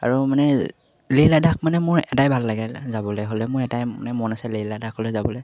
আৰু মানে লেহ লাডাখ মানে মোৰ এটাই ভাল লাগে যাবলে হ'লে মোৰ এটাই মানে মন আছে লেহ লাডাখলৈ যাবলে